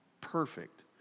perfect